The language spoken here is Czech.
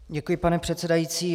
Děkuji, pane předsedající.